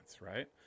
right